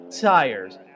tires